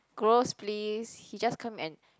gross please he just come and